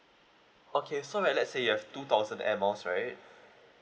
okay so like let's say you have two thousand air miles right